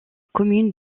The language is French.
commune